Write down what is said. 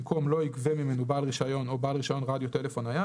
במקום "לא יגבה ממנו בעל רישיון או בעל רישיון רדיו טלפון נייד"